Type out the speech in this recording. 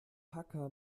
hacker